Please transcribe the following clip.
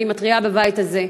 אני מתריעה בבית הזה.